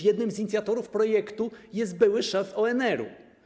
Jednym z inicjatorów projektu jest były szef ONR-u.